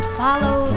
follow